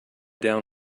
down